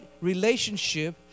relationship